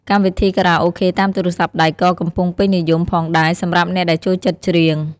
កម្មវិធីខារ៉ាអូខេតាមទូរស័ព្ទដៃ ក៏កំពុងពេញនិយមផងដែរសម្រាប់អ្នកដែលចូលចិត្តច្រៀង។